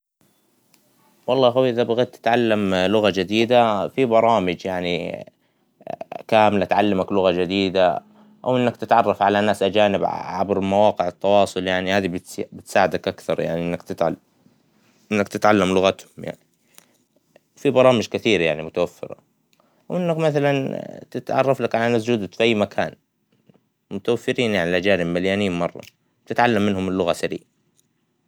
والله أخوى إذا بغيت تتعلم لغة جديدة فى برامج يعنى كاملة تعلمك لغة جديدة ، أوإنك تتعرف على ناس أجانب عبرمواقع التواصل يعنى هذى بتس - بتساعدك اكثر يعنى إنك تتعلم ،إنك تتعلم لغاتهم يعنى فى برامج كثير يعنى متوفرة ، وإنك مثلا تتعرفلك على ناس جدد فى أى مكان متوفرين يعنى الأجانب مليانين مرة ، بتتعلم منهم اللغة سريع.